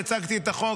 כשהצגתי את החוק,